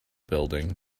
building